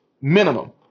minimum